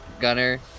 Gunner